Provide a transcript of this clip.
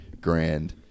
grand